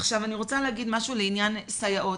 עכשיו אני רוצה להגיד משהו לעניין סייעות.